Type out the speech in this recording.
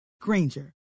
Granger